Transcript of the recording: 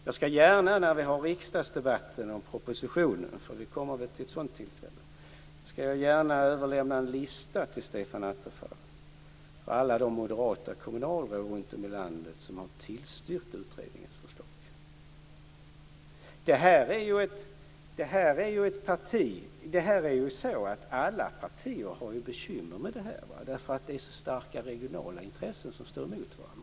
Jag skall gärna när vi har riksdagsdebatten om propositionen, för vi kommer väl till ett sådant tillfälle, överlämna en lista till Stefan Attefall på alla de moderata kommunalråd runt om i landet som har tillstyrkt utredningens förslag. Alla partier har ju bekymmer med detta därför att det är så starka regionala intressen som står emot varandra.